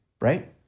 right